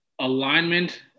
alignment